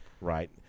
right